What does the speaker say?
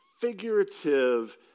figurative